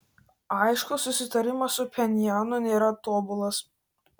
aišku susitarimas su pchenjanu nėra tobulas